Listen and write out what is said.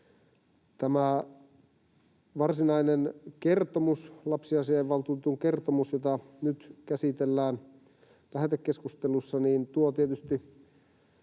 Tämä varsinainen kertomus, lapsiasiainvaltuutetun kertomus, jota nyt käsitellään lähetekeskustelussa,